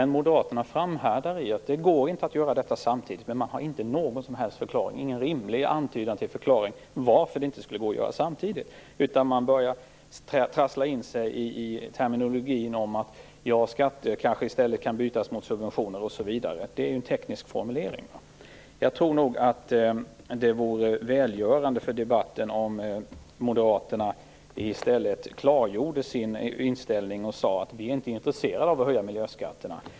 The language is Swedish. Moderaterna framhärdar i att det inte går att göra detta samtidigt, men man har inte någon rimlig antydan till förklaring till att detta inte skulle gå. Man börjar trassla in sig i en terminologi om att skatter kanske kan bytas mot subventioner osv. Det är en fråga om teknisk formulering. Jag tror att det vore välgörande för debatten om moderaterna i stället klargjorde sin inställning och sade att man inte är intresserad av att höja miljöskatterna.